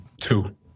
Two